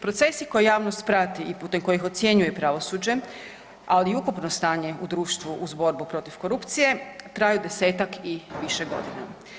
Procesi koje javnost prati i putem kojih ocjenjuje pravosuđe ali i ukupno stanje u društvu uz borbu protiv korupcije traju 10-tak i više godina.